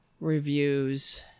reviews